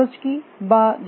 বা জটিলতা কী